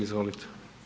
Izvolite.